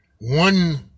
one